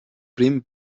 prim